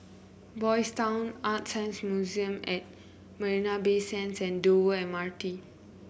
Boys' Town ArtScience Museum at Marina Bay Sands and Dover M R T